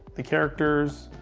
the characters,